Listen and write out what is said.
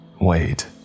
Wait